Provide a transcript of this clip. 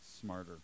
smarter